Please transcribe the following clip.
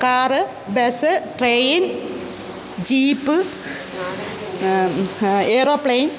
car bus train jeep aeroplane